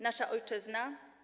Nasza ojczyzna?